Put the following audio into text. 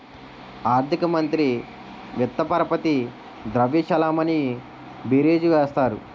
ఆర్థిక మంత్రి విత్త పరపతి ద్రవ్య చలామణి బీరీజు వేస్తారు